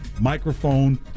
microphone